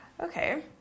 Okay